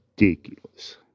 ridiculous